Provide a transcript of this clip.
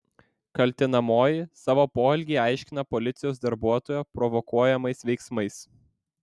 kaltinamoji savo poelgį aiškina policijos darbuotojo provokuojamais veiksmais